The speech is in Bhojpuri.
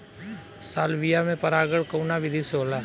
सालविया में परागण कउना विधि से होला?